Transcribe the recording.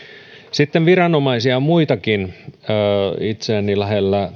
sitten on muitakin viranomaisia itseäni lähellä